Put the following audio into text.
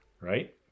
Right